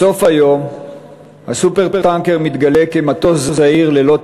בסוף היום ה"סופר-טנקר" מתגלה כמטוס זעיר ללא טייס,